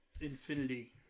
Infinity